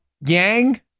Yang-